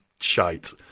shite